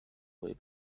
way